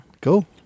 cool